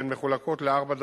והן מחולקות לארבע דרגות.